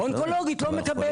היא חולה אונקולוגית ולא מקבלת.